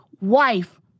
wife